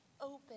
open